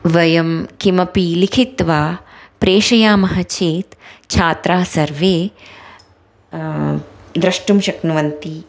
वयं किमपि लिखित्वा प्रेषयामः चेत् छात्राः सर्वे द्रष्टुं शक्नुवन्ति